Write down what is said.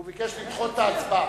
הוא ביקש לדחות את ההצבעה.